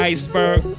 Iceberg